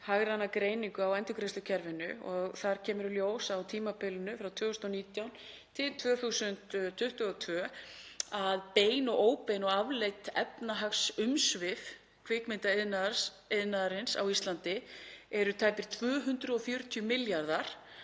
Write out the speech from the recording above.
hagræna greiningu á endurgreiðslukerfinu og þar kemur í ljós að á tímabilinu frá 2019–2022 eru bein og óbein og afleidd efnahagsumsvif kvikmyndaiðnaðarins á Íslandi eru tæpir 240 milljarðar.